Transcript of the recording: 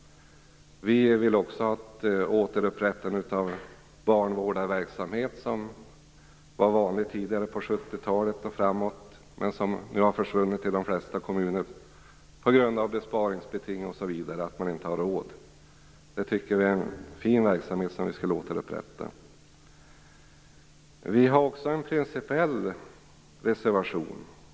Vi vill också ha ett återupprättande av den barnvårdarverksamhet som var vanlig på 70-talet och framåt men som nu har försvunnit i de flesta kommuner på grund av besparingsbeting osv. Man har inte råd med detta. Vi tycker att det är en fin verksamhet som borde återupprättas. Vi har också en principiell reservation.